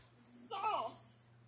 sauce